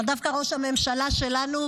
אבל דווקא ראש הממשלה שלנו,